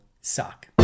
suck